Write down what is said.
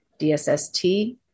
DSST